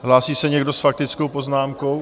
Hlásí se někdo s faktickou poznámkou?